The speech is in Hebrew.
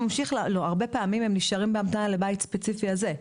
הרבה פעמים הם נשארים בהמתנה לבית ספציפי הזה,